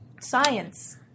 science –